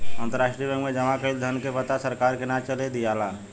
अंतरराष्ट्रीय बैंक में जामा कईल धन के पता सरकार के ना चले दियाला